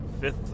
fifth